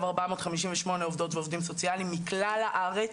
458 עובדים ועובדות סוציאליות מכלל הארץ,